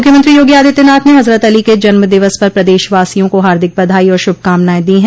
मुख्यमंत्री योगी आदित्यनाथ ने हजरत अली के जन्म दिवस पर प्रदेशवासियों को हार्दिक बधाई और शुभकामनाएं दी है